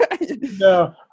No